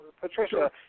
Patricia